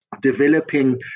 Developing